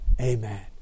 Amen